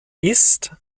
ist